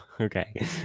Okay